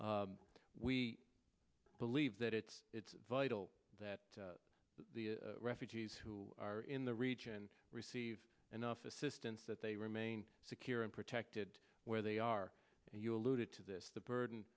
we believe that it's it's vital that the refugees who are in the region receive enough assistance that they remain secure and protected where they are and you alluded to this the burden